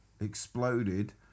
exploded